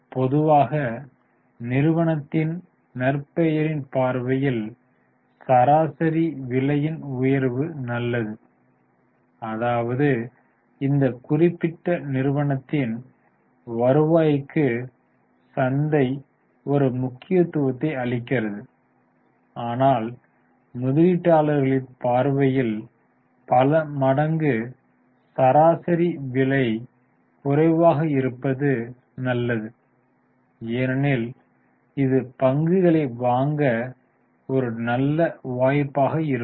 பொதுவாக நிறுவனத்தின் நற்பெயரின் பார்வையில் சராசரி விலையின் உயர்வு நல்லது அதாவது இந்த குறிப்பிட்ட நிறுவனத்தின் வருவாய்க்கு சந்தை ஒரு முக்கியத்துவத்தை அளிக்கிறது ஆனால் முதலீட்டாளர்களின் பார்வையில் பல மடங்கு சராசரி விலை குறைவாக இருப்பது நல்லது ஏனெனில் இது பங்குகளை வாங்க ஒரு நல்ல வாய்ப்பாக இருக்கும்